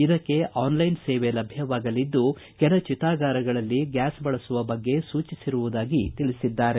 ಇದಕ್ಕೆ ಆನ್ಲೈನ್ ಸೇವೆ ಲಭ್ಯವಾಗಲಿದ್ದು ಕೆಲ ಚಿತಾಗಾರಗಳಲ್ಲಿ ಗ್ಯಾಸ್ ಬಳಸುವ ಬಗ್ಗೆ ಸೂಚಿಸಿರುವುದಾಗಿ ತಿಳಿಸಿದ್ದಾರೆ